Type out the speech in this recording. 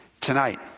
tonight